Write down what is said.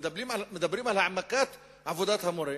מדברים על העמקת עבודת המורה,